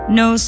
no